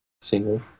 Single